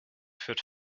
führt